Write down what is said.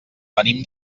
venim